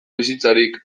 bizitzarik